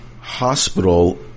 hospital